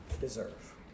deserve